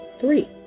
three